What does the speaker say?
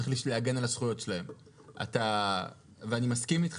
צריך להגן על הזכויות שלהם ואני מסכים איתך